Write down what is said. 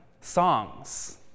Songs